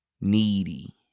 Needy